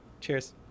Cheers